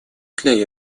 для